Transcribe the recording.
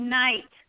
night